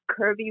curvy